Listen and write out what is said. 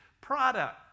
product